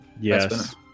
Yes